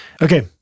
Okay